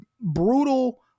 brutal